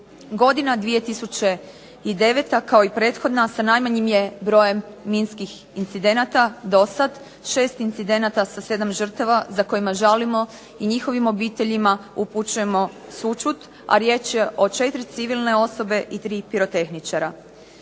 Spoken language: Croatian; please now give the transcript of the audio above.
Godina 2009. kao i prethodna sa najmanjim je brojem minskih incidenata dosad. 6 incidenata sa 7 žrtava za kojima žalimo i njihovim obiteljima upućujemo sućut, a riječ je o 4 civilne osobe i 3 pirotehničara.